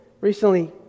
recently